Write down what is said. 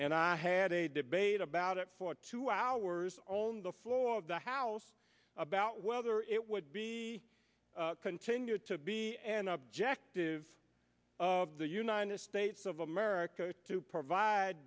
and i had a debate about it for two hours on the floor of the house about whether it would be continued to be an objective of the united states of america to provide